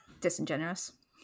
Disingenuous